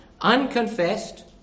unconfessed